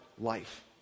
life